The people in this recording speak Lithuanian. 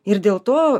ir dėl to